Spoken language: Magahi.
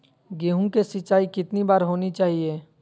गेहु की सिंचाई कितनी बार होनी चाहिए?